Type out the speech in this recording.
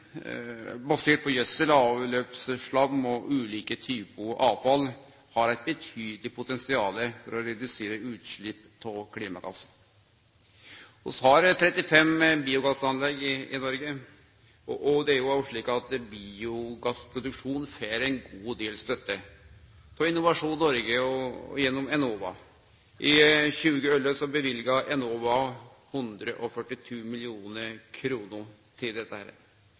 og ulike typar avfall har eit betydeleg potensial for å redusere utslepp av klimagassar. Vi har 35 biogassanlegg i Noreg, og det er også slik at biogassproduksjonen får ein god del støtte, frå Innovasjon Noreg og gjennom Enova. I 2011 løyvde Enova 142 mill. kr til dette. For eksempel har Transnova gitt TINE støtte til å teste ut bruken av biogass på sine bilar. Biogass er